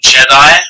Jedi